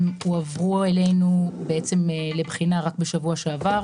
הועברו אלינו לבחינה רק בשבוע שעבר.